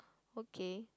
okay